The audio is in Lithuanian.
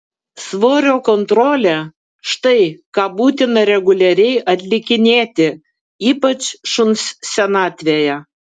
svorio kontrolė štai ką būtina reguliariai atlikinėti ypač šuns senatvėje